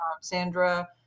sandra